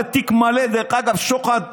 זה תיק מלא, דרך אגב, שוחד מושלם.